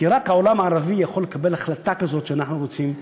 כי רק העולם הערבי יכול לקבל החלטה כזאת שאנחנו רוצים,